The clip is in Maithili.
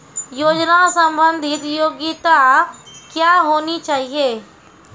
योजना संबंधित योग्यता क्या होनी चाहिए?